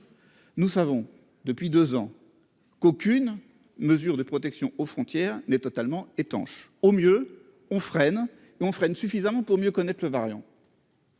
Nous savons depuis 2 ans, qu'aucune mesure de protection aux frontières n'est totalement étanche au mieux on freine et on fera une suffisamment pour mieux connaître le variant.